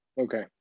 Okay